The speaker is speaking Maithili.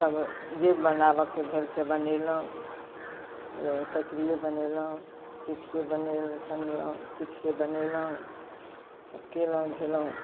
सभ जे बनाबऽके भेल से बनेलहुँ कचरिये बनेलहुँ चिप्से बनेलहुँ सुनेलहुँ चिप्से बनेलहुँ सभ केलहुँ धेलहुं